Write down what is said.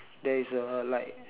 there is a like